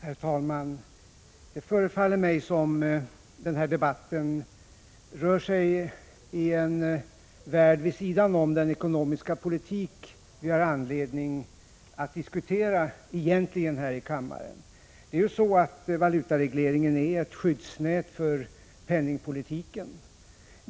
Herr talman! Det förefaller mig som om debatten rör sig i en värld vid sidan av den ekonomiska politik som vi egentligen har anledning att diskutera här i kammaren. Valutaregleringen är ett skyddsnät för penningpolitiken.